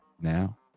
Now